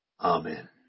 Amen